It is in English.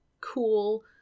cool